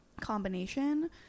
combination